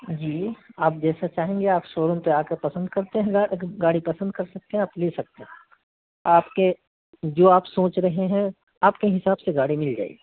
جی آپ جیسا چاہیں گے آپ شو روم پہ آ کر پسند کرتے ہیں گاڑی پسند کر سکتے ہیں آپ لے سکتے ہیں آپ کے جو آپ سوچ رہے ہیں آپ کے حساب سے گاڑی مل جائے گی